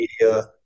media